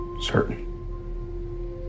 Certain